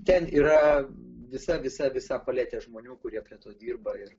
ten yra visa visa visa paletė žmonių kurie kartu dirba ir